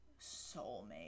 soulmate